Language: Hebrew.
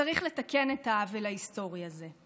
צריך לתקן את העוול ההיסטורי הזה.